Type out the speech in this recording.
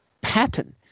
pattern